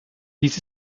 dies